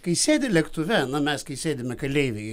kai sėdi lėktuve mes kai sėdime keleiviai